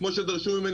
כמו שדרשו ממני,